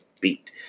beat